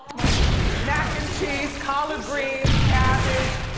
mac and cheese. mac and cheese, collared greens, cabbage.